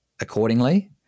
accordingly